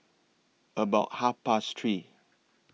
about Half Past three